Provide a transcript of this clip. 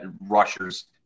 rushers